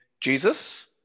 Jesus